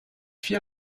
vier